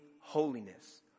holiness